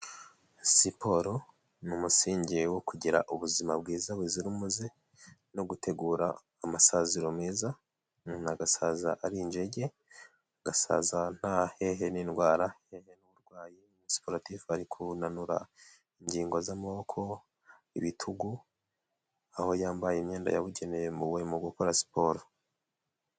Siporo ni umusingi wo kugira ubuzima bwiza buzira umuze no gutegura amasaziro meza, umuntu agasaza ari injege, agasaza nta hene n'indwara. Sporatif ari kunanura ingingo z'amaboko, ibitugu aho yambaye imyenda yabugene mu gukora siporo.